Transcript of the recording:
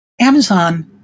Amazon